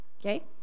Okay